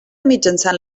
mitjançant